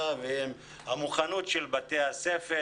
והיא המוכנות של בית הספר,